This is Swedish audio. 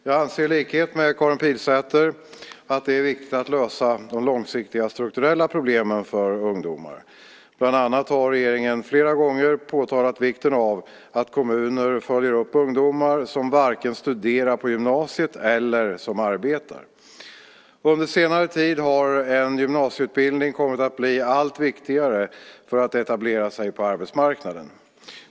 Jag anser i likhet med Karin Pilsäter att det är viktigt att lösa de långsiktiga strukturella problemen för ungdomar. Bland annat har regeringen flera gångar påtalat vikten av att kommuner följer upp ungdomar som varken studerar på gymnasiet eller arbetar. Under senare tid har en gymnasieutbildning kommit att bli allt viktigare för att etablera sig på arbetsmarknaden.